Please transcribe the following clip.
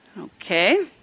Okay